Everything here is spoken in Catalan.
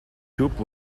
xup